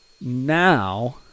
Now